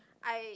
I